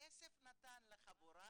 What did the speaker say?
כסף נתן לחבורה,